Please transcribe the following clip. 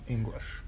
English